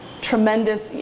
tremendous